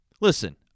Listen